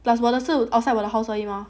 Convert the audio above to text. plus 我的 outside of the house 而已 mah